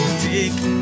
take